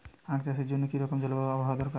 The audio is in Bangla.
আখ চাষের জন্য কি রকম জলবায়ু ও আবহাওয়া দরকার?